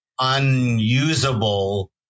unusable